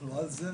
אנחנו על זה,